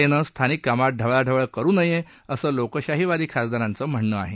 ए नं स्थानिक कामात ढवळाढवळ करु नये असं लोकशाहीवादी खासदारांचं म्हणणं आहे